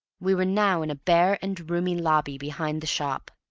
we were now in a bare and roomy lobby behind the shop,